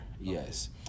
Yes